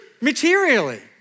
materially